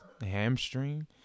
hamstring